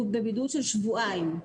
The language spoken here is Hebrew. הוא בבידוד של שבועיים.